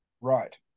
Right